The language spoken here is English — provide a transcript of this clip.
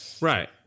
Right